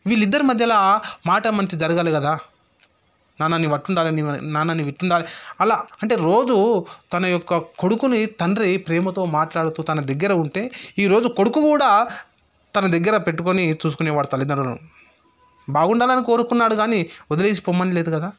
వీళ్లిద్దరి మధ్యలా మాటామంతి జరగల్ల కదా నాన్నా నువ్వట్లుండాలి నాన్నా నువ్విట్లుండాలి అలా అంటే రోజూ తన యొక్క కొడుకుని తన తండ్రి ప్రేమతో మాట్లాడుతూ తన దగ్గర ఉంటే ఈ రోజు కొడుకు కూడా తన దగ్గర పెట్టుకొని చూసుకునేవాడు తల్లిదండ్రులను బాగుండాలని కోరుకున్నాడు కానీ వదిలేసి పొమ్మనలేదు కదా